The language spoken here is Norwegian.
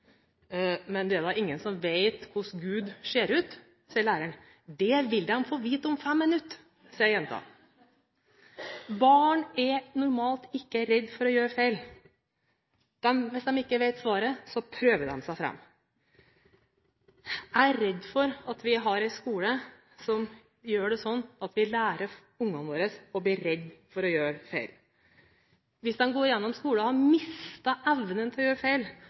Men det er da ingen som vet hvordan Gud ser ut, sier læreren. Det vil de få vite om fem minutter, sier jenta. Barn er normalt ikke redd for å gjøre feil. Hvis de ikke vet svaret, prøver de seg fram. Jeg er redd for at vi har en skole hvor vi lærer ungene våre å bli redd for å gjøre feil. Hvis de går gjennom skolen og mister evnen til å gjøre feil,